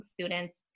students